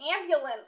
ambulance